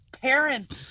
parents